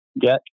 get